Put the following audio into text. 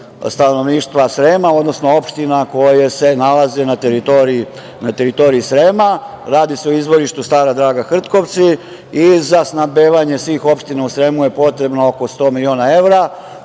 stanovništva Srema, odnosno opština koje se nalaze na teritoriji Srema, radi se o izvorištu Stara Draga Hrtkovci i za snabdevanje svih opština u Sremu je potrebno oko sto miliona evra.